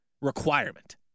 requirement